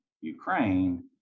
Ukraine